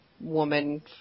woman